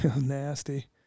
Nasty